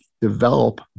develop